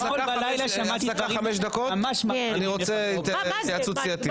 ניקח הפסקה חמש דקות, אני רוצה התייעצות סיעתית.